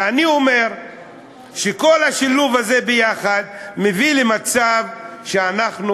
ואני אומר שכל השילוב הזה יחד מביא למצב שאנחנו